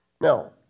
Now